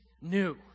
new